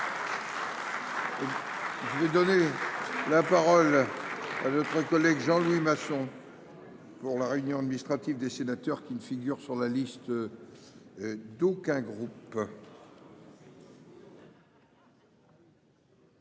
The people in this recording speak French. de votre attention. Notre collègue Jean Louis Masson. Pour la réunion administrative des sénateurs qui ne figure sur la liste. D'aucun groupe.